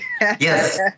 Yes